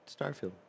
Starfield